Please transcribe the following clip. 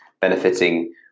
benefiting